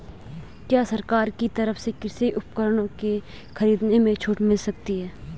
क्या सरकार की तरफ से कृषि उपकरणों के खरीदने में छूट मिलती है?